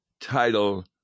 Title